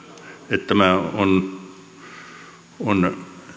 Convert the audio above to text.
että tämä